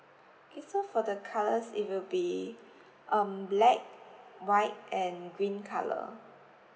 okay so for the colors it will be um black white and green colour